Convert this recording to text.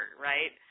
right